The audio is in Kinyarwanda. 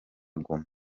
goma